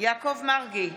יעקב מרגי,